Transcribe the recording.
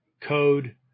code